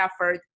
effort